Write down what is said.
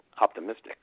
optimistic